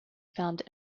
found